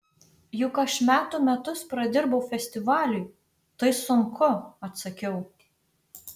juk aš metų metus pradirbau festivaliui tai sunku atsakiau